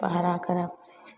पहरा करै छै